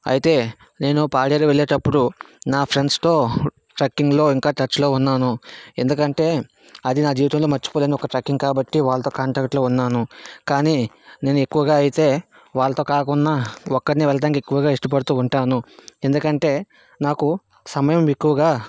అయితే నేను పాడేరు వెళ్ళేటప్పుడు నా ఫ్రెండ్స్తో ట్రెక్కింగ్లో ఇంకా టచ్లో ఉన్నాను ఎందుకంటే అది నా జీవితంలో మర్చిపోలేని ఒక ట్రెక్కింగ్ కాబట్టి వాళ్ళతో కాంటాక్ట్లో ఉన్నాను కానీ నేను ఎక్కువగా అయితే వాళ్ళతో కాకుండా ఒక్కడినే వెళ్ళటానికి ఎక్కువగా ఇష్టపడుతూ ఉంటాను ఎందుకంటే నాకు సమయం ఎక్కువగా